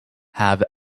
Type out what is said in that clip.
have